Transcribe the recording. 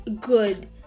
good